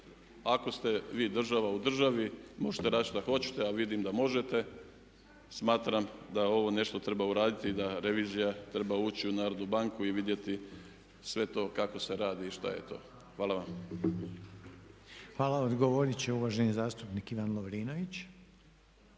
Ako ste vi država u državi možete raditi šta hoćete, a vidim da možete smatram da ovo nešto treba uraditi i da revizija treba ući u Narodnu banku i vidjeti sve to kako se radi i šta je to. Hvala vam. **Reiner, Željko (HDZ)** Hvala. Odgovorit će uvaženi zastupnik Ivan Lovrinović.